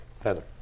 Heather